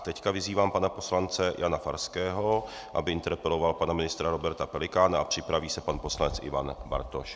Teď vyzývám pana poslance Jana Farského, aby interpeloval pana ministra Roberta Pelikána, a připraví se pan poslanec Ivan Bartoš.